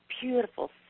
beautiful